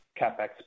CapEx